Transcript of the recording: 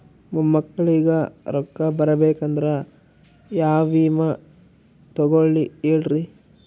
ಮೊಮ್ಮಕ್ಕಳಿಗ ರೊಕ್ಕ ಬರಬೇಕಂದ್ರ ಯಾ ವಿಮಾ ತೊಗೊಳಿ ಹೇಳ್ರಿ?